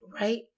right